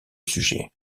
sujet